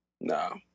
no